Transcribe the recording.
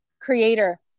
creator